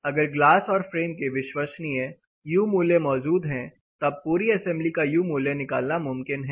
अगर ग्लास और फ्रेम के विश्वसनीय यू मूल्य मौजूद है तब पूरी असेंबली का यू मूल्य निकालना मुमकिन है